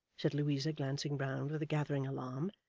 said louisa, glancing round, with a gathering alarm.